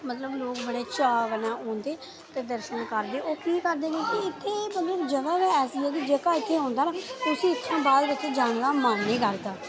मतलब लोक बड़े चाऽ कन्नै औंदे ते दर्शन करदे क्यों करदे न उत्थै क्योंकी जगहां गै ऐसियां न जेह्का इत्थै औंदा न उसी बाद बिच जान दा मन नि करदा